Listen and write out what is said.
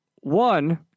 One